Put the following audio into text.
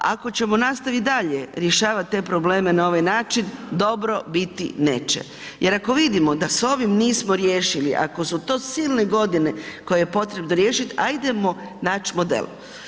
A ako ćemo nastavit dalje rješavat te probleme na ovaj način, dobro biti neće jer ako vidimo da s ovim nismo riješili, ako su to silne godine koje je potrebno riješit, ajdemo nać model.